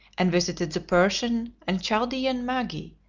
and visited the persian and chaldean magi,